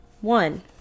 One